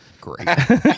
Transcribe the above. Great